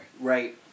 Right